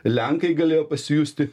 lenkai galėjo pasijusti